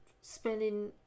spending